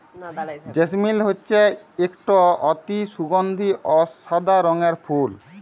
জেসমিল হছে ইকট অতি সুগাল্ধি অ সাদা রঙের ফুল